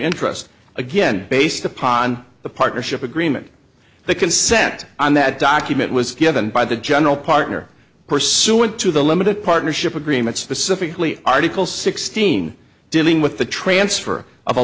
interest again based upon the partnership agreement the consent and that document was given by the general partner pursuant to the limited partnership agreement specifically article sixteen dealing with the transfer of a